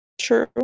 True